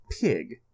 pig